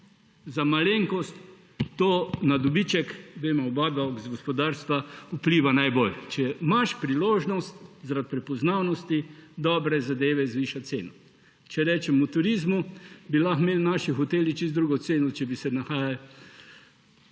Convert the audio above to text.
za malenkost, to na dobiček – veva obadva z gospodarstva – vpliva najbolj. Če imaš priložnost zaradi prepoznavnosti dobre zadeve zvišati ceno. Če podam primer iz v turizma, bi lahko imeli naši hoteli čisto drugo ceno, če bi se nahajali,